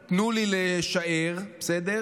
תנו לי לשער, בסדר?